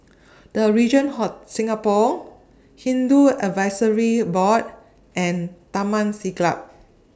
The Regent Hot Singapore Hindu Advisory Board and Taman Siglap